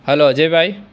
hello Ajaybhai